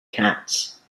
cats